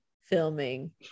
filming